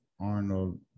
Arnold